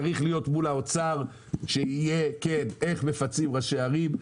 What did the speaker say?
צריך להיות מול האוצר שיהיה כן איך מפצים ראשי ערים,